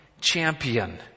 champion